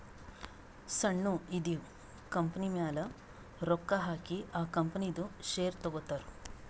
ಸಣ್ಣು ಇದ್ದಿವ್ ಕಂಪನಿಮ್ಯಾಲ ರೊಕ್ಕಾ ಹಾಕಿ ಆ ಕಂಪನಿದು ಶೇರ್ ತಗೋತಾರ್